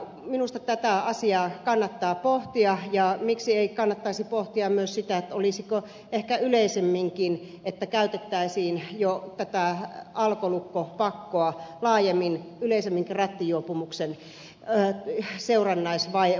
minusta tätä asiaa kannattaa pohtia ja miksi ei kannattaisi pohtia myös sitä että käytettäisiin jo tätä alkolukkopakkoa laajemmin yleisemminkin rattijuopumuksen seurannaisvaikutuksena